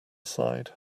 side